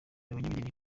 abanyamideli